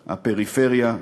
הפריפריה,